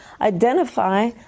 Identify